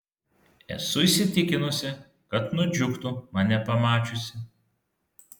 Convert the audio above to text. esu įsitikinusi kad nudžiugtų mane pamačiusi